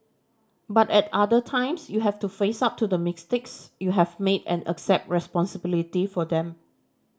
but at other times you have to face up to the mistakes you have made and accept responsibility for them